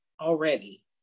already